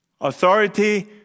Authority